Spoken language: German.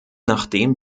nachdem